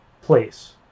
place